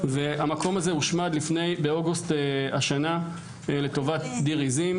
המקום הזה הושמד באוגוסט השנה לטובת דיר עזים.